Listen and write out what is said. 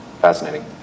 Fascinating